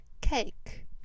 Cake